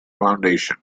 foundation